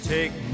Take